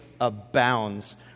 abounds